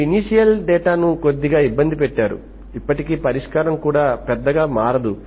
మీరు ఇనీషియల్ డేటాను కొద్దిగా ఇబ్బంది పెట్టారు ఇప్పటికీ పరిష్కారం కూడా పెద్దగా మారదు